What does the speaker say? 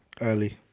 Early